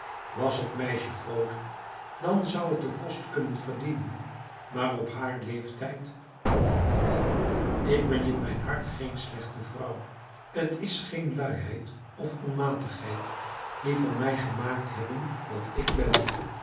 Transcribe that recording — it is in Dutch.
was het meisje grooter dan zou het den kost kunnen verdienen maar op haar leeftijd kan dat niet ik ben in mijn hart geen slechte vrouw t is geen luiheid of onmatigheid die van mij gemaakt hebben wat ik ben